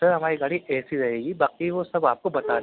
سر ہماری گاڑی A C رہےگی باقی وہ سب آپ کو بتا دیں گے